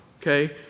okay